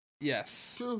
Yes